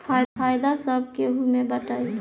फायदा सब केहू मे बटाई